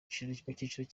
cyiciro